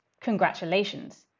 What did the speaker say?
congratulations